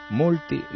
molti